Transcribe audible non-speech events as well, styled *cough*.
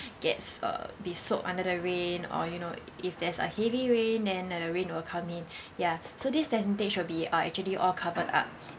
gets uh be soaked under the rain or you know if there's a heavy rain then the rain will come in *breath* ya so this tentage will be uh actually all covered up